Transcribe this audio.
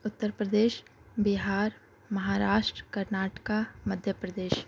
Uttar Pradesh Bihar Maharashtra Karnataka Madhya Pradesh